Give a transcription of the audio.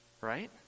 right